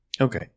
Okay